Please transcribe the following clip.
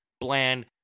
bland